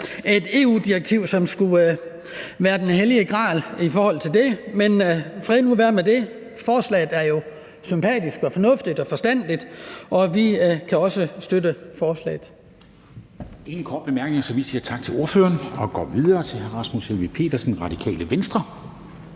et EU-direktiv til, at den hellige gral skulle være vel forvaret. Men fred nu være med det. Forslaget er jo sympatisk, fornuftigt og forstandigt, og vi kan også støtte det.